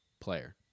player